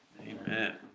Amen